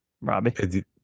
Robbie